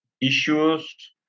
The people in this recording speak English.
issues